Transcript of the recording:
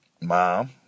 Mom